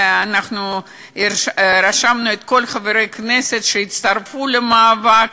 ואנחנו רשמנו את כל חברי הכנסת שהצטרפו למאבק,